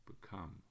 become